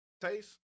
taste